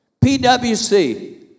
P-W-C